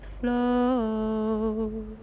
flow